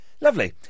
Lovely